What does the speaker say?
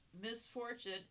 misfortune